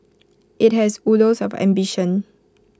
IT has oodles of ambition